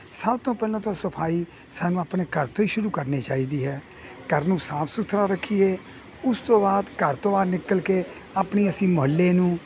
ਸਭ ਤੋਂ ਪਹਿਲਾਂ ਤਾਂ ਸਫਾਈ ਸਾਨੂੰ ਆਪਣੇ ਘਰ ਤੋਂ ਹੀ ਸ਼ੁਰੂ ਕਰਨੀ ਚਾਹੀਦੀ ਹੈ ਘਰ ਨੂੰ ਸਾਫ਼ ਸੁਥਰਾ ਰੱਖੀਏ ਉਸ ਤੋਂ ਬਾਅਦ ਘਰ ਤੋਂ ਬਾਹਰ ਨਿਕਲ ਕੇ ਆਪਣੀ ਅਸੀਂ ਮੁਹੱਲੇ ਨੂੰ